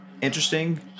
interesting